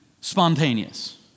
spontaneous